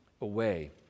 away